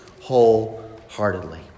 wholeheartedly